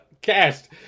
cast